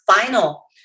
final